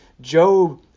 Job